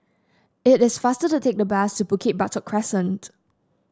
it is faster to take the bus to Bukit Batok Crescent